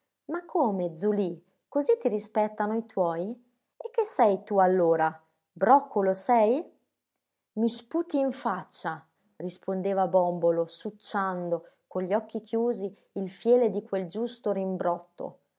ma come zulì così ti rispettano i tuoi e che sei tu allora broccolo sei i sputi in faccia rispondeva bòmbolo succiando con gli occhi chiusi il fiele di quel giusto rimbrotto